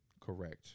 Correct